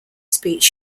speech